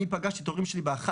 אני פגשתי את ההורים שלי ב-13:00,